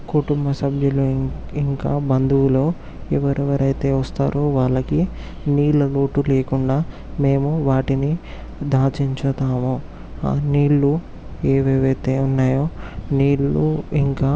కుటుంబసభ్యులు ఇం ఇంకా బంధువులు ఎవరెవరైతే వస్తారో వాళ్ళకి నీళ్లలోటు లేకుండా మేము వాటిని దాచి ఉంచుతాము ఆ నీళ్లు ఏవెవైతే ఉన్నాయో నీళ్లు ఇంకా